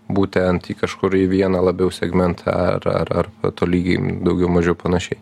būtent į kažkur į vieną labiau segmentą ar ar ar tolygiai daugiau mažiau panašiai